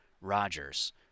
Rogers